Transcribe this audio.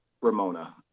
ramona